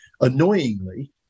Annoyingly